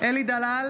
אלי דלל,